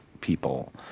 people